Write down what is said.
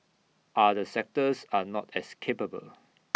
other sectors are not as capable